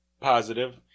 positive